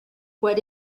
what